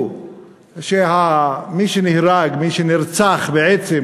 שמי שנהרג, נרצח בעצם